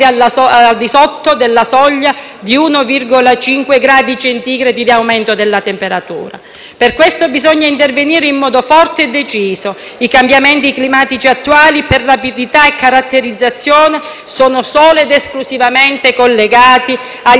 Per questo bisogna intervenire in modo forte e deciso. I cambiamenti climatici attuali, infatti, per rapidità e caratterizzazione, sono solo ed esclusivamente collegati agli interventi antropici e questa posizione è stata riconosciuta dalle maggiori agenzie scientifiche internazionali.